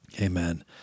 Amen